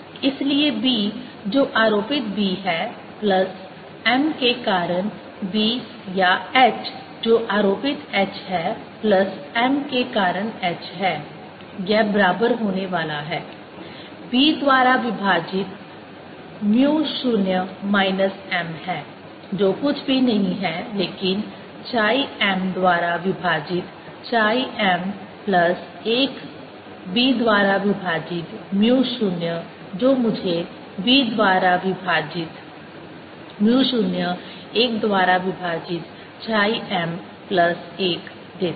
इसलिए B जो आरोपित B है प्लस m के कारण B या h जो आरोपित h है प्लस m के कारण h है यह बराबर होने वाला हैb द्वारा विभाजित म्यू 0 माइनस m है जो कुछ भी नहीं है लेकिन chi m द्वारा विभाजित chi m प्लस 1 b द्वारा विभाजित म्यू 0 जो मुझे b द्वारा विभाजित म्यू 0 1 द्वारा विभाजित chi m प्लस 1 देता है